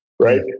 Right